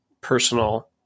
personal